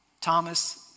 Thomas